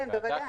כן, בוודאי.